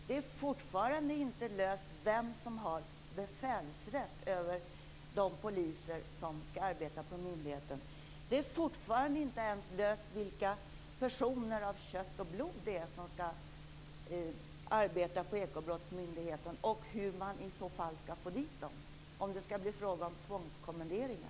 Det är fortfarande inte löst vem som har befälsrätt över de poliser som skall arbeta på myndigheten. Det är fortfarande inte ens löst vilka personer av kött och blod det är som skall arbeta på Ekobrottsmyndigheten och hur man i så fall skall få dit dem, om det skall bli fråga om tvångskommenderingar.